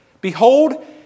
Behold